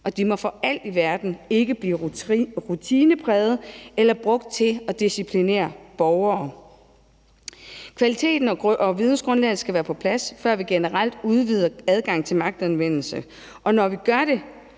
og de må for alt i verden ikke blive rutineprægede eller brugt til at disciplinere borgere. Kvaliteten og vidensgrundlaget skal være på plads, før vi generelt udvider adgangen til magtanvendelse, og når vi gør det,